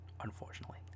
unfortunately